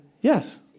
Yes